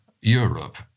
Europe